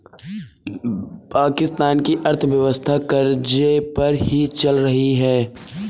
पाकिस्तान की अर्थव्यवस्था कर्ज़े पर ही चल रही है